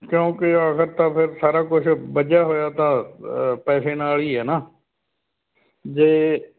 ਕਿਉਂਕਿ ਆਖਿਰ ਤਾਂ ਫੇਰ ਸਾਰਾ ਕੁਝ ਬੱਝਿਆ ਹੋਇਆ ਤਾਂ ਪੈਸੇ ਨਾਲ ਹੀ ਹੈ ਨਾ ਜੇ